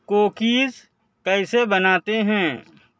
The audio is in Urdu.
کوکیز کیسے بناتے ہیں